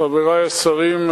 חברי השרים,